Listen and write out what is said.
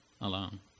alone